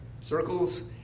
circles